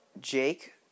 Jake